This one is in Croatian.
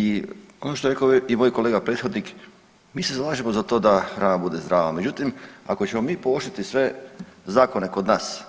I ono što je rekao moj kolega prethodnik, mi se zalažemo za to da hrana bude zdrava, međutim ako ćemo mi pooštriti sve zakone kod nas